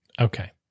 Okay